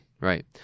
Right